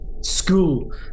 school